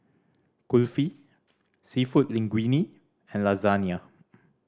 Kulfi Seafood Linguine and Lasagne